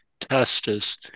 Testis